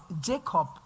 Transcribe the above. Jacob